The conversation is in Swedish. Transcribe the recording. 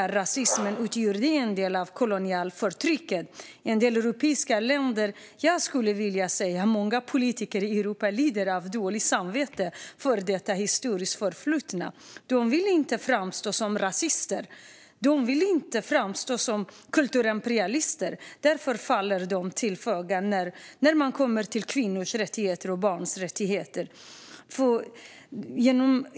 Rasismen utgjorde en del av det koloniala förtrycket, och jag skulle vilja säga att många politiker i Europa lider av dåligt samvete för sin historia. De vill inte framstå som rasister eller kulturimperialister, och därför faller de till föga när det gäller kvinnors och barns rättigheter.